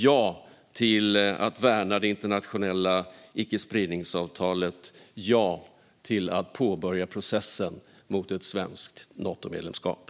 Ja till att värna det internationella icke-spridningsavtalet! Ja till att påbörja processen mot ett svenskt Natomedlemskap!